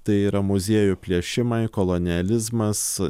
tai yra muziejų plėšimai kolonializmas